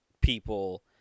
people